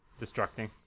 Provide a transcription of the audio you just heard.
Destructing